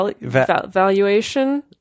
valuation